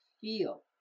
Feel